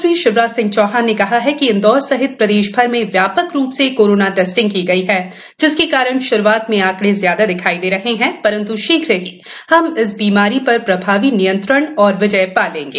मुख्यमंत्री श्री शिवराज सिंह चौहान ने कहा है कि इंदौर सहित प्रदेशभर में व्यापक रूप से कोरोना टेस्टिंग की गई है जिसके कारण शुरुआत में आंकड़े ज्यादा दिखाई दे रहे हैं परंतु शीघ्र ही हम इस बीमारी पर प्रभावी नियंत्रण एवं विजय पा लेंगे